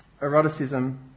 Eroticism